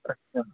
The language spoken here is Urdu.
اچھا